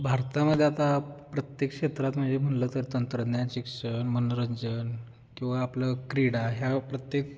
भारतामध्ये आता प्रत्येक क्षेत्रात म्हणजे म्हणलं तर तंत्रज्ञान शिक्षण मनोरंजन किंवा आपलं क्रीडा या प्रत्येक